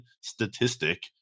statistic